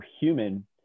human